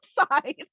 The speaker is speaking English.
outside